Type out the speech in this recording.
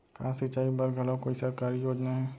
का सिंचाई बर घलो कोई सरकारी योजना हे?